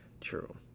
True